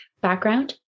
background